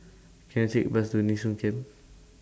Can I Take A Bus to Nee Soon Camp